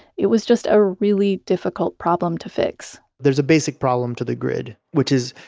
it was just a really difficult problem to fix there's a basic problem to the grid. which is,